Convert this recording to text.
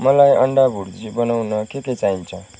मलाई अन्डा भुर्जी बनाउन के के चाहिन्छ